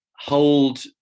hold